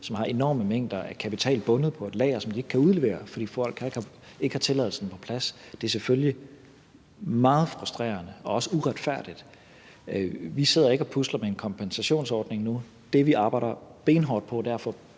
som har enorme mængder af kapital bundet i et lager, noget, som de ikke kan udlevere, fordi folk ikke har tilladelsen på plads, er det selvfølgelig meget frustrerende og også uretfærdigt. Vi sidder ikke og pusler med en kompensationsordning nu. Det, vi arbejder benhårdt på, er at få